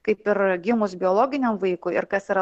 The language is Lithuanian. kaip ir gimus biologiniam vaikui ir kas yra